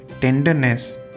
tenderness